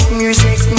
music